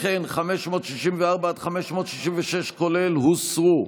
וכן 564 566, כולל, הוסרו.